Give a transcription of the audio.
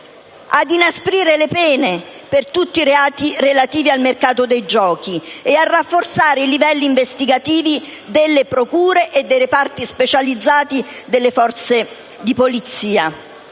di inasprire le pene per tutti i reati relativi al mercato dei giochi e di rafforzare i livelli investigativi delle procure e dei reparti specializzati delle forze di polizia.